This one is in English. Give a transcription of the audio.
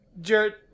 Jared